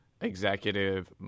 executive